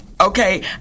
Okay